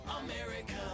America